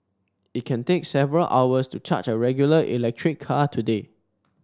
it can take several hours to charge a regular electric car today